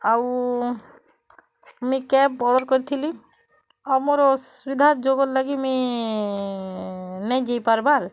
ଆଉ ମି cab order କରିଥିଲି ଆମର ଅସୁବିଧା ଯୋଗୁଁ ଲାଗି ମେ ନି ଯାଇପାର୍ବାର୍